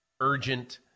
urgent